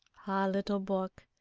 ah, little book,